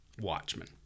Watchmen